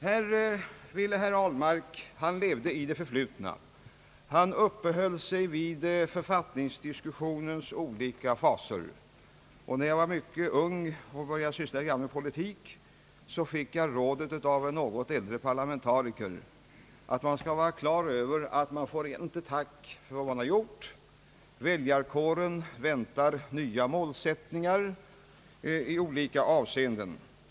Herr Ahlmark levde i det förflutna och uppehöll sig utförligt vid författningsdiskussionens olika faser. När jag var mycket ung och började syssla litet grand med politik, fick jag av en äldre parlamentariker rådet att man skall vara på det klara med att man inte får något tack för vad man har gjort — väljarkåren väntar nya målsättningar i olika avseenden.